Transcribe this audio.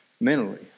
mentally